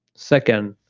second,